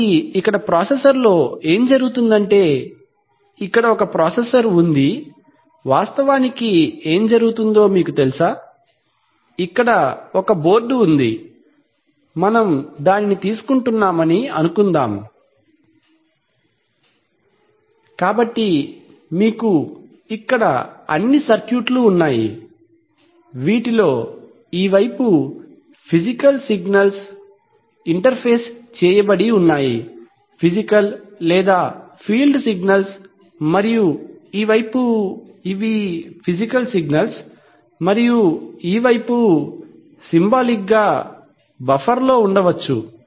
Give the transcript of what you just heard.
కాబట్టి ఇక్కడ ప్రాసెసర్ లో ఏమి జరుగుతుందంటే ఇక్కడ ప్రాసెసర్ ఉంది వాస్తవానికి ఏమి జరుగుతుందో మీకు తెలుసా ఇక్కడ ఒక బోర్డు ఉంది మనము దానిని తీసుకుంటున్నామని అనుకుందాం కాబట్టి మీకు ఇక్కడ అన్ని సర్క్యూట్లు ఉన్నాయి వీటిలో ఈ వైపు ఫిసికల్ సిగ్నల్స్ ఇంటర్ఫేస్ చేయబడి ఉన్నాయి ఫిసికల్ లేదా ఫీల్డ్ సిగ్నల్స్ మరియు ఈ వైపు ఇవి ఫిసికల్ సిగ్నల్స్ మరియు ఈ వైపు సింబాలిక్ గా బఫర్లో ఉండవచ్చు